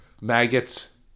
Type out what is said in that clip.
Maggots